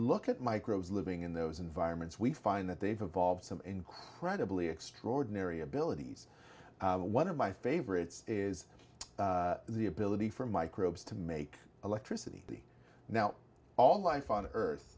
look at microbes living in those environments we find that they've evolved some incredibly extraordinary abilities one of my favorites is the ability for microbes to make electricity now all life on earth